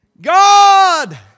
God